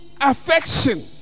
affection